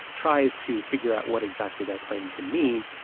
tries to figure out what exactly that claim can mean,